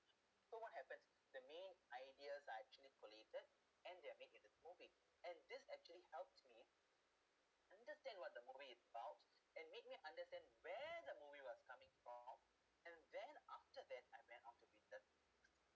so what happens the main ideas are actually polluted and they're make into movie and this actually helped me understand what the movie is about and make me understand where the movie was coming from and then after that I went on to with the